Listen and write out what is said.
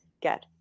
get